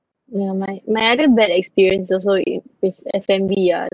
ya my my other bad experience also in with F&B ah